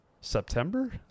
September